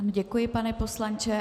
Děkuji, pane poslanče.